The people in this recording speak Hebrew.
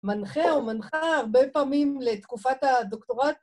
מנחה או מנחה הרבה פעמים לתקופת הדוקטורט.